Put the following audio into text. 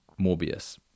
Morbius